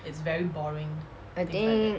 but I think